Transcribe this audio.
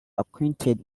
acquainted